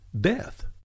death